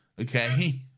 okay